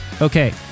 Okay